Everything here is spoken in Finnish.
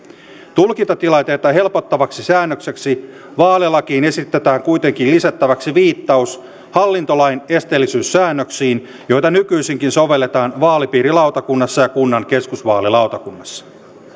tulkintatilanteita helpottavaksi säännökseksi vaalilakiin esitetään kuitenkin lisättäväksi viittaus hallintolain esteellisyyssäännöksiin joita nykyisinkin sovelletaan vaalipiirilautakunnassa ja kunnan keskusvaalilautakunnassa